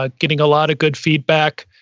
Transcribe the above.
ah getting a lot of good feedback.